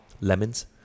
lemons